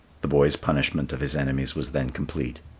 the boy's punishment of his enemies was then complete.